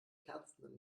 kerzen